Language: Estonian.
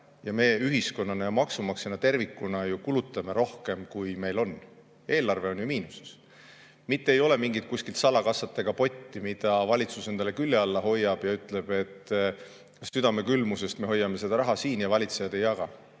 ja meie ühiskonnana ja maksumaksjatena tervikuna ju kulutame rohkem, kui meil on. Eelarve on ju miinuses. Mitte ei ole mingit salakassat ega potti, mida valitsus enda külje all hoiab ja ütleb, et südame külmusest me hoiame seda raha siin ja valitsejad ei jaga,